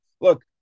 look